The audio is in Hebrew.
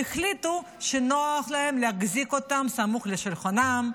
והחליטו שנוח להם להחזיק אותם סמוך לשולחנם,